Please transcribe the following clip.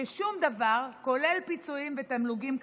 ששום דבר כולל פיצויים ותמלוגים כספיים,